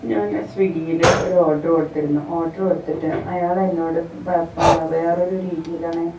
ഞാൻ സ്വിഗ്ഗിയിൽ ഒരു ഓർഡർ കൊടുത്തിരുന്നു ഓർഡർ കൊടുത്തിട്ട് അയാൾ എന്നോട് വേറൊരു രീതിയിലാണ്